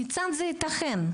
כיצד זה יתכן?